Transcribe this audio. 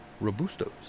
Robusto's